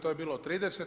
To je bilo 30.